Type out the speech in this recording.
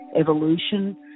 evolution